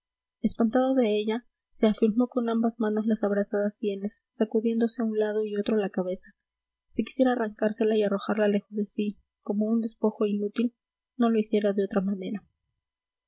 relámpago espantado de ella se afirmó con ambas manos las abrasadas sienes sacudiéndose a un lado y otro la cabeza si quisiera arrancársela y arrojarla lejos de sí como un despojo inútil no lo hiciera de otra manera